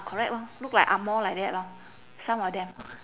correct lor look like angmoh like that lor some of them